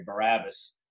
Barabbas